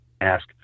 ask